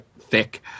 thick